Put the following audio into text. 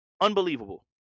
unbelievable